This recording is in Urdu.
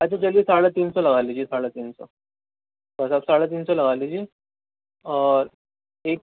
اچھا چلیے ساڑے تین سو لگا لیجیے ساڑے تین سو بس اب ساڑے تین سو لگا لیجیے اور ایک